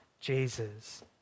Jesus